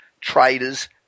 traders